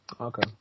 Okay